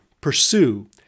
Pursue